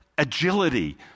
Agility